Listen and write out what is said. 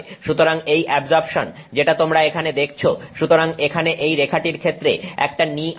সুতরাং এই অ্যাবজর্পশন যেটা তোমরা এখানে দেখেছো সুতরাং এখানে এই রেখাটির ক্ষেত্রে একটা নী আছে